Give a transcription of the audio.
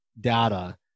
data